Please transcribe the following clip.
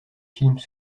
films